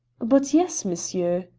but yes, monsieur.